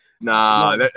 nah